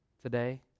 Today